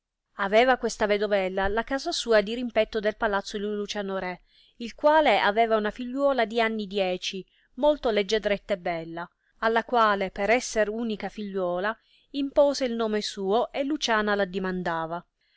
aveva questa vedovella la casa sua dirimpetto del palazzo di luciano re il quale aveva una figliuola di anni dieci molto leggiadretta e bella alla quale per esser unica figliuola impose il nome suo e luciana